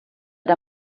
der